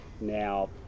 Now